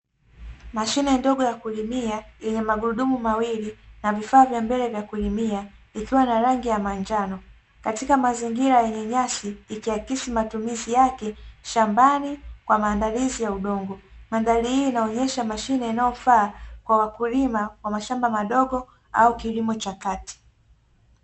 Mashine ndogo ya kulimia yenye magurudumu mawili na vifaa vya mbele vya kulimia ikiwa na rangi ya manjano katika mazingira yenye nyasi ikiakisi matumizi yake shambani kwa maandalizi ya udongo. Mandhari hii inaonyesha mashine inayofaa kwa wakulima wa mashamba madogo au kilimo cha kati.